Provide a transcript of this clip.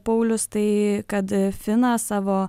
paulius tai kad fina savo